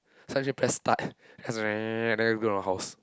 so I just press start then zzz then vacuum my house